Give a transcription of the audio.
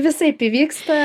visaip įvyksta